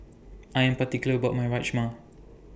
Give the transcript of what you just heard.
I Am particular about My Rajma